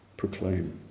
Proclaim